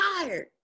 tired